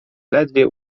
ledwie